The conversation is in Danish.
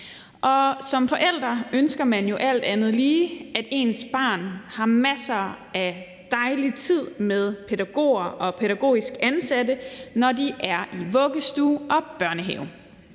som forældre ønsker man jo alt andet lige, at ens barn har masser af dejlig tid med pædagoger og pædagogiske ansatte, når de er i vuggestue og børnehave.